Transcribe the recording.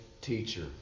teacher